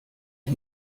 ich